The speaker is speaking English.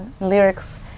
lyrics